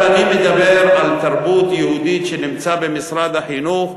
אני מדבר על סעיף תרבות יהודית שנמצא במשרד החינוך,